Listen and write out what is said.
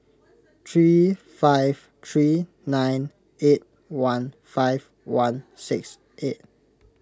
three five three nine eight one five one six eight